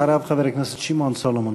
אחריו, חבר הכנסת שמעון סולומון.